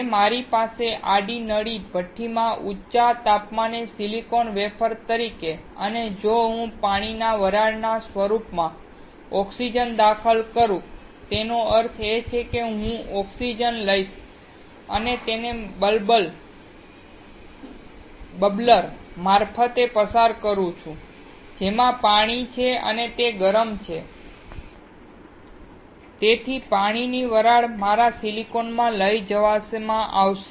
જો મારી પાસે આડી નળી ભઠ્ઠીમાં ઊંચા તાપમાને સિલિકોન વેફર હોય અને જો હું પાણીની વરાળના રૂપમાં ઓક્સિજન દાખલ કરું તેનો અર્થ એ છે કે હું ઓક્સિજન લઈશ અને તેને બબલર મારફતે પસાર કરું છું જેમાં પાણી છે અને તે ગરમ છે તેથી પાણીની વરાળ મારા સિલિકોનમાં લઈ જવામાં આવશે